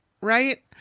Right